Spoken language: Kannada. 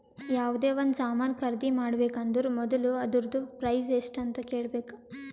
ಯಾವ್ದೇ ಒಂದ್ ಸಾಮಾನ್ ಖರ್ದಿ ಮಾಡ್ಬೇಕ ಅಂದುರ್ ಮೊದುಲ ಅದೂರ್ದು ಪ್ರೈಸ್ ಎಸ್ಟ್ ಅಂತ್ ಕೇಳಬೇಕ